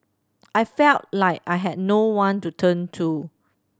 I felt like I had no one to turn to